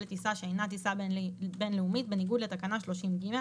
לטיסה שאינה טיסה בין-לאומית בניגוד לתקנה 30ג,""